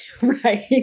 right